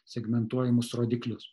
segmentuojamus rodiklius